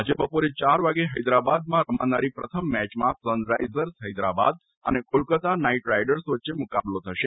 આજે બપોરે ચાર વાગે હૈદરાબાદમાં રમાનારી પ્રથમ મેચમાં સનરાઇઝર્સ હેદરાબાદ અને કોલકતા નાઇટ રાઇડર્સ વચ્ચે મુકાબલો થશે